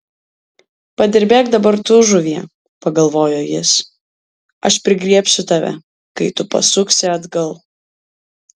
padirbėk dabar tu žuvie pagalvojo jis aš prigriebsiu tave kai tu pasuksi atgal